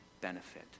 benefit